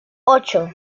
ocho